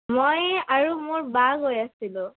মই আৰু মোৰ বা গৈ আছিলোঁ